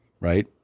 right